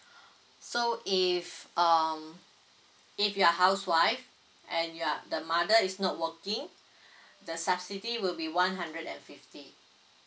so if um if you are housewife and you are the mother is not working the subsidy will be one hundred and fifty